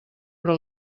però